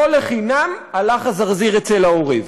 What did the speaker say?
לא לחינם הלך הזרזיר אצל העורב.